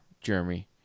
Jeremy